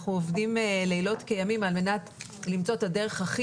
אנחנו עובדים לילות כימים על מנת למצוא את הדרך הכי